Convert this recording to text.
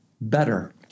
better